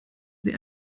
sie